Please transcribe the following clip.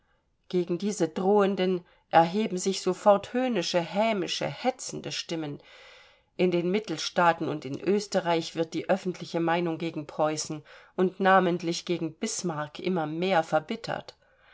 gegen diese drohenden erheben sich sofort höhnische hämische hetzende stimmen in den mittelstaaten und in österreich wird die öffentliche meinung gegen preußen und namentlich gegen bismarck immer mehr verbittert